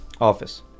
Office